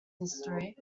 history